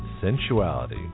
sensuality